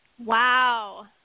Wow